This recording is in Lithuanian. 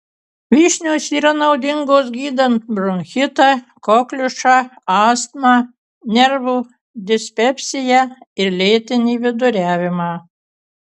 vyšnios yra naudingos gydant bronchitą kokliušą astmą nervų dispepsiją ir lėtinį viduriavimą